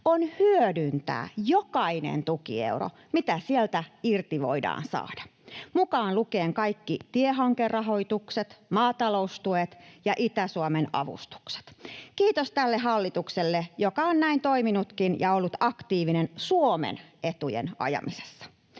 on hyödyntää jokainen tukieuro, mitä sieltä irti voidaan saada, mukaan lukien kaikki tiehankerahoitukset, maataloustuet ja Itä-Suomen avustukset. Kiitos tälle hallitukselle, joka on näin toiminutkin ja ollut aktiivinen Suomen etujen ajamisessa.